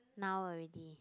now already